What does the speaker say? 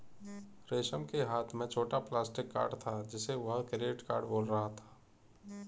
रमेश के हाथ में छोटा प्लास्टिक कार्ड था जिसे वह क्रेडिट कार्ड बोल रहा था